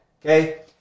okay